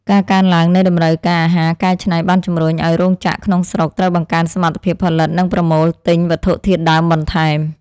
ការកើនឡើងនៃតម្រូវការអាហារកែច្នៃបានជម្រុញឱ្យរោងចក្រក្នុងស្រុកត្រូវបង្កើនសមត្ថភាពផលិតនិងប្រមូលទិញវត្ថុធាតុដើមបន្ថែម។